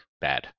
bad